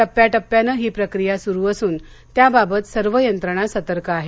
टप्प्याटप्प्याने ही प्रक्रिया सुरु असून त्याबाबत सर्व यंत्रणा सतर्क आहेत